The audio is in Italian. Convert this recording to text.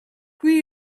qui